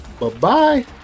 Bye-bye